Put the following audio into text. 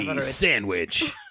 sandwich